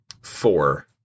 Four